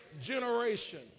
generation